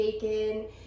bacon